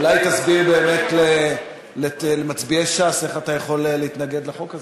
אולי תסביר באמת למצביעי ש"ס איך אתה יכול להתנגד לחוק הזה,